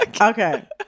Okay